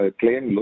claim